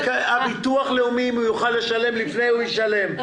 הביטוח הלאומי, אם הוא יוכל לשלם לפני הוא ישלם.